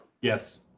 Yes